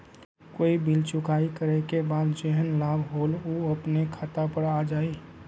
कोई बिल चुकाई करे के बाद जेहन लाभ होल उ अपने खाता पर आ जाई?